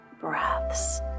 breaths